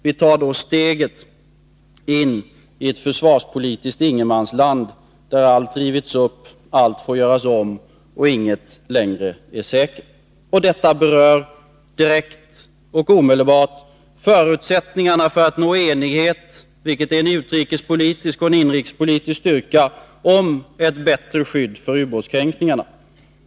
Vi tar då steget in i ett försvarspolitiskt ingenmansland, där allt rivits upp, allt får göras om och inget längre är säkert. Detta berör direkt och omedelbart förutsättningarna för att nå enighet, vilket är en utrikespolitisk och en inrikespolitisk styrka, om ett bättre skydd för ubåtskränkningar.